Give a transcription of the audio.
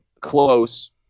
close